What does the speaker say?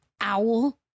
owl